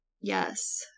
Yes